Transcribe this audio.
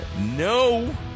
No